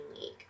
League